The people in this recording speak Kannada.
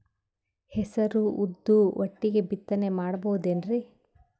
ಹೆಸರು ಉದ್ದು ಒಟ್ಟಿಗೆ ಬಿತ್ತನೆ ಮಾಡಬೋದೇನ್ರಿ?